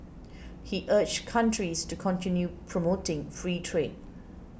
he urged countries to continue promoting free trade